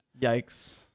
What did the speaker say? Yikes